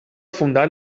fundar